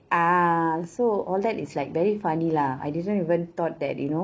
ah so all that is like very funny lah I didn't even thought that you know